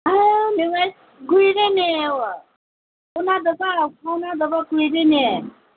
ꯅꯨꯡꯉꯥꯏ ꯀꯨꯏꯔꯦꯅꯦ ꯎꯅꯗꯕ ꯐꯥꯎꯅꯗꯕ ꯀꯨꯏꯔꯦꯅꯦ